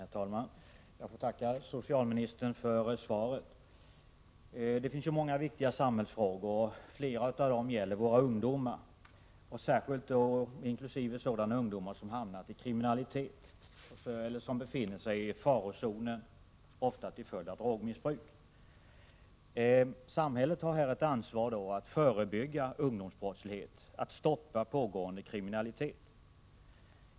Herr talman! Jag får tacka socialministern för svaret. Det finns många viktiga samhällsfrågor. Flera av dem gäller våra ungdomar, inkl. sådana ungdomar som råkat in i kriminalitet eller som befinner sig i farozonen, ofta till följd av drogmissbruk. Samhället har här ett ansvar att förebygga ungdomsbrottslighet och stoppa pågående kriminalitet.